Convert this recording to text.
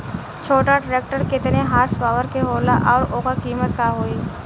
छोटा ट्रेक्टर केतने हॉर्सपावर के होला और ओकर कीमत का होई?